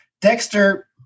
Dexter